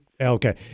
okay